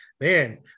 man